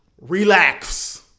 Relax